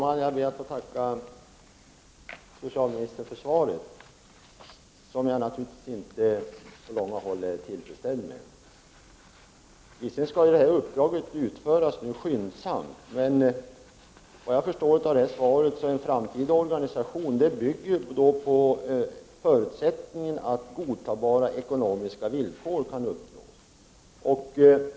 Fru talman! Jag vill tacka socialministern för svaret, som jag naturligtvis inte på långt när är tillfredsställd med. Visserligen skall uppdraget slutföras skyndsamt, men såvitt jag förstår bygger den framtida organisationen på förutsättningen att godtagbara ekonomiska villkor kan uppnås.